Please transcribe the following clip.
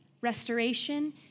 restoration